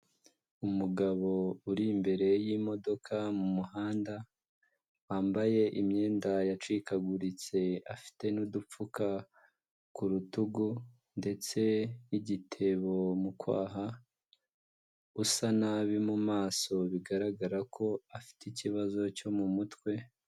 Umugabo uri imbere y'imodoka mu muhanda wambaye imyenda yacikaguritse afite n'udupfuka ku rutugu ndetse n'igitebo mu kwaha, usa nabi mu maso bigaragara ko afite ikibazo cyo mu mutwe.